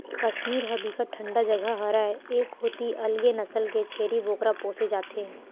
कस्मीर ह बिकट ठंडा जघा हरय ए कोती अलगे नसल के छेरी बोकरा पोसे जाथे